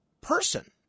person